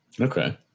Okay